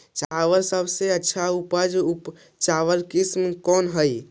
चावल के सबसे अच्छा उच्च उपज चावल किस्म कौन होव हई?